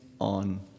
on